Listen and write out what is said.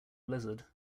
blizzard